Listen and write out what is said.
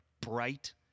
bright